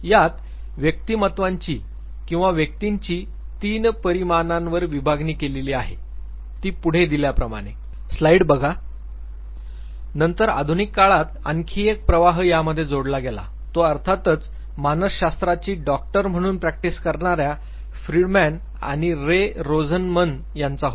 यात व्यक्तीमत्त्वांची किंवा व्यक्तींची तीन परिमाणांवर विभागणी केलेली आहे ती पुढे दिल्या प्रमाणे नंतर आधुनिक काळात आणखी एक प्रवाह यामध्ये जोडला गेला तो अर्थातच मानसशास्त्राची डॉक्टर म्हणून प्रॅक्टिस करणाऱ्या फ्रीडमॅन आणि रे रोझनमन यांचा होता